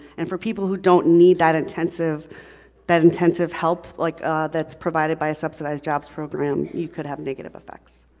and for people who don't need that intensive that intensive help like ah that's provided by a subsidized job programs, you could have negative effects.